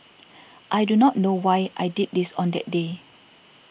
I do not know why I did this on that day